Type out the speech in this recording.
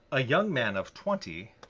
a young man of twenty,